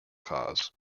cause